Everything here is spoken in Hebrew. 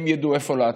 הם ידעו איפה לעצור?